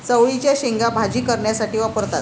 चवळीच्या शेंगा भाजी करण्यासाठी वापरतात